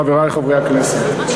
חברי חברי הכנסת,